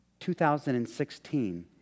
2016